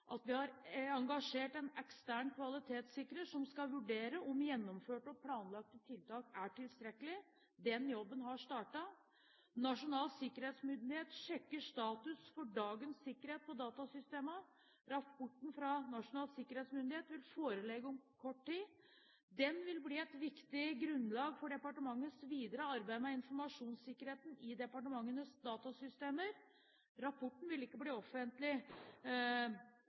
at vi har engasjert en ekstern kvalitetssikrer som skal vurdere om gjennomførte og planlagte tiltak er tilstrekkelig. Den jobben har startet. Nasjonal sikkerhetsmyndighet sjekker status for dagens sikkerhet på datasystemene. Rapporten fra Nasjonal sikkerhetsmyndighet vil foreligge om kort tid. Den vil bli et viktig grunnlag for departementets videre arbeid med informasjonssikkerheten i departementenes datasystemer. Rapporten vil ikke bli offentlig